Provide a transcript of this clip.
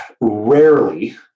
rarely